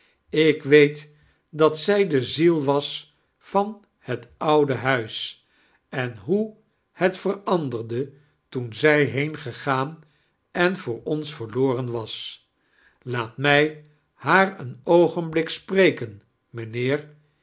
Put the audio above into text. ik wee dat aij de rial was van het oude huis en hoe het veranderde toen zij heengegaan en voor ons verloren was laat mij haar een oogeniblik spreken mgnheer